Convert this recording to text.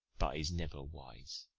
but is never wise.